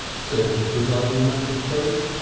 said the presiding magistrate.